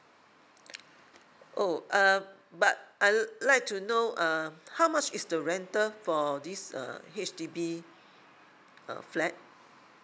oh uh but I would like to know uh how much is the rental for this uh H_D_B uh flat